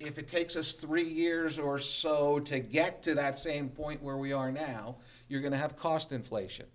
if it takes us three years or so take get to that same point where we are now you're going to have cost inflation